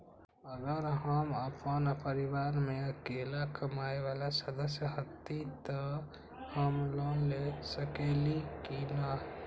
अगर हम अपन परिवार में अकेला कमाये वाला सदस्य हती त हम लोन ले सकेली की न?